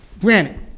granted